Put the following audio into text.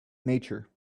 nature